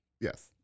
Yes